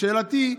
שאלתי: